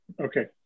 okay